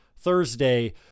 Thursday